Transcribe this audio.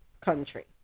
country